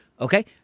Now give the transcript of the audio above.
okay